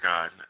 God